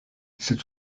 cet